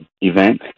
event